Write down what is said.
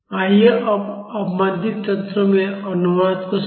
आइए अब अवमंदित तंत्रों में अनुनाद को समझें